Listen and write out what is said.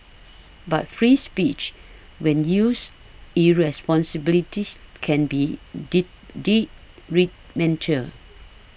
but free speech when used irresponsibilities can be mental